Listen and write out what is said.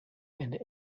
and